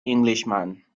englishman